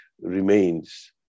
remains